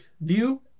view